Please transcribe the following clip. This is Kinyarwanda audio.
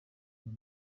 ziba